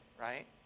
right